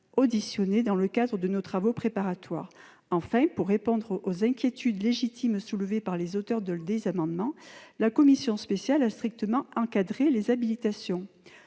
auditionnée dans le cadre de nos travaux préparatoires. Enfin, pour répondre aux inquiétudes légitimes soulevées par les auteurs des amendements, la commission spéciale a strictement encadré les habilitations.